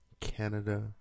Canada